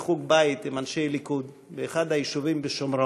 יושבים בכלא עליה, אנשים נרצחו בגלל זה.